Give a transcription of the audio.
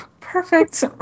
Perfect